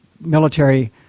military